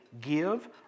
give